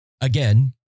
Again